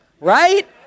Right